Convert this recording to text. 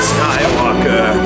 Skywalker